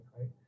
right